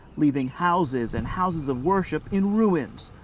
leaving houses and houses of worship in ruins.